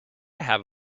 have